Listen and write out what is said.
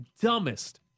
dumbest